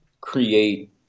create